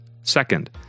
Second